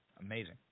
Amazing